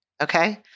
okay